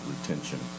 retention